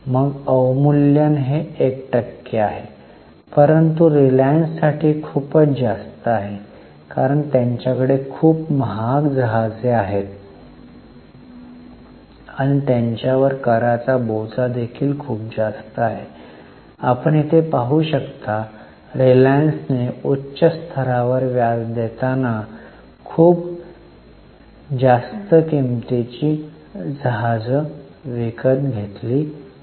मग अवमूल्यन १ टक्के आहे परंतु रिलायन्स साठी खूप जास्त आहे कारण त्यांच्याकडे खूप महाग जहाजे आहेत आणि त्यांच्यावर व्याजाचा बोजा देखील खूप जास्त आहे आपण येथे पाहू शकता रिलायन्सने उच्च स्तरावर व्याज देताना खूप जास्त किंमतीची जहाजं विकत घेतली आहेत